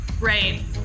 Right